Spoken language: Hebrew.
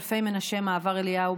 אלפי מנשה מעבר אליהו,